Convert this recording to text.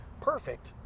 perfect